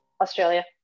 Australia